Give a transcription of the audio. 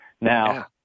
Now